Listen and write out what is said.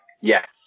Yes